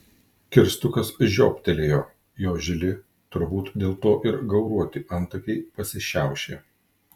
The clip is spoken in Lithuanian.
kirstukas žiobtelėjo jo žili turbūt dėl to ir gauruoti antakiai pasišiaušė